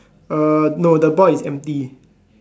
uh no the board is empty